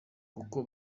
kuko